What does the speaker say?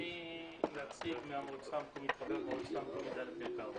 אני נציג מהמועצה המקומית דלית אל כרמל.